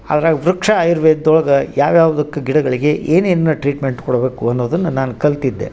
ಆದರೆ ವೃಕ್ಷ ಆಯುರ್ವೇದ್ದೊಳಗ ಯಾವ ಯಾವ್ದಕ್ಕೆ ಗಿಡಗಳಿಗೆ ಏನೇನು ಟ್ರೀಟ್ಮೆಂಟ್ ಕೊಡಬೇಕು ಅನ್ನೋದುನ್ನ ನಾನು ಕಲ್ತಿದ್ದೆ